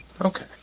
Okay